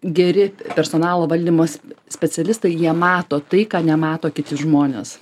geri personalo valdymas specialistai jie mato tai ką nemato kiti žmonės